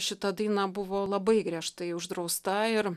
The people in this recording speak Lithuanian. šita daina buvo labai griežtai uždrausta ir